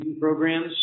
programs